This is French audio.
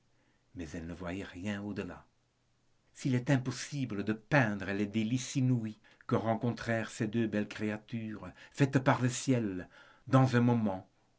mais elle ne voyait rien au delà s'il est impossible de peindre les délices inouïes que rencontrèrent ces deux belles créatures faites par le ciel dans un moment